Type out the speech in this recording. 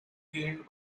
gained